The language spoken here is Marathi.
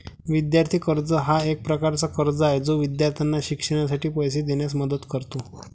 विद्यार्थी कर्ज हा एक प्रकारचा कर्ज आहे जो विद्यार्थ्यांना शिक्षणासाठी पैसे देण्यास मदत करतो